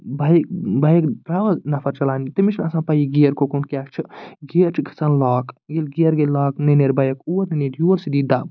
bike bike درٛاوا نَفر چلاونہِ تٔمِس چھَنہٕ آسان پَیی گِیر کُکُن کیٛاہ چھُ گِیر چھُ گژھان لوٛاک ییٚلہِ گِیر گٔے لوٛاک نَہ نیرِ بایک اور نَہ نیرِ یور سۄ دی دَب